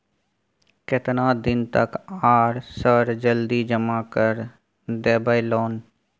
केतना दिन तक आर सर जल्दी जमा कर देबै लोन?